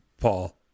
Paul